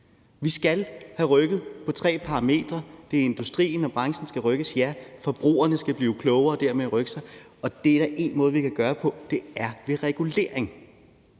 Vi skal have rykket på tre parametre: Det er industrien, og det er branchen, der skal rykkes, ja, og forbrugerne skal blive klogere og dermed rykke sig. Det kan vi gøre på en måde, og det er ved regulering.